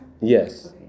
Yes